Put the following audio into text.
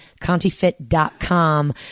contifit.com